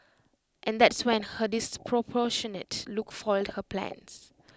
and that's when her disproportionate look foiled her plans